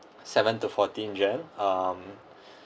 seven to fourteen jan~ um